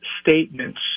statements